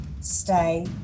stay